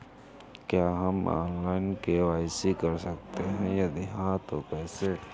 क्या हम online KYC कर सकते हैं यदि हाँ तो कैसे?